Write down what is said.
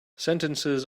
sentences